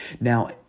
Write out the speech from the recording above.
Now